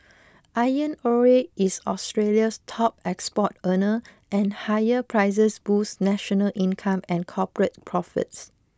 iron ore is Australia's top export earner and higher prices boosts national income and corporate profits